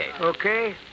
Okay